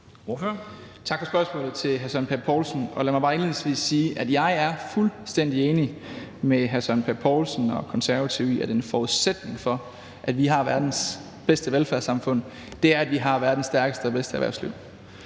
Tak for spørgsmålet til hr. Søren Pape Poulsen. Lad mig bare indledningsvis sige, at jeg er fuldstændig enig med hr. Søren Pape Poulsen og Konservative i, at en forudsætning for, at vi har verdens bedste velfærdssamfund, er, at vi har verdens bedste og stærkeste erhvervsliv.